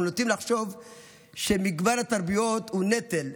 אנחנו נוטים לחשוב שמגוון התרבויות הוא נטל,